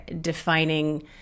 defining